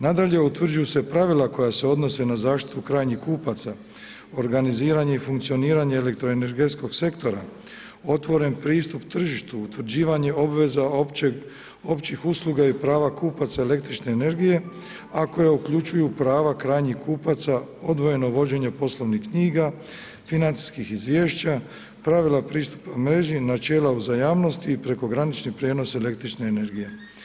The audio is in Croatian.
Nadalje, utvrđuju se pravila koja se odnose na zaštiti krajnjih kupaca, organiziranje i funkcioniranje elektroenergetskog sektora, otvoren pristup tržištu, utvrđivanje obveza općih usluga i prava kupaca električne energije, a koja uključuju prava krajnjih kupaca, odvojeno vođenje poslovnih knjiga, financijskih izvješća, pravila pristupa mreži i načela uzajamnosti i prekogranični prijenos električne energije.